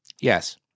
Yes